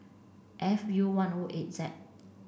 F U one O eight Z